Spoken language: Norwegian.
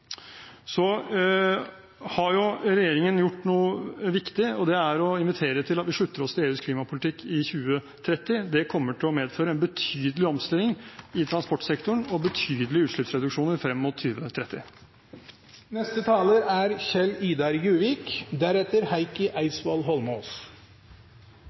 Så har regjeringen gjort noe viktig, og det er å invitere til at vi slutter oss til EUs klimapolitikk i 2030. Det kommer til å medføre en betydelig omstilling i transportsektoren og betydelige utslippsreduksjoner frem mot 2030. Det er